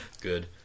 Good